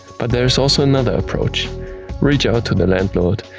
but there is also another approach reach out to the landlord,